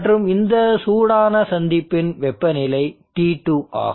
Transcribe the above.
மற்றும் இந்த சூடான சந்திப்பின் வெப்பநிலை T2 ஆகும்